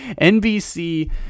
NBC